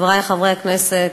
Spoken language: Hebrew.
חברי חברי הכנסת,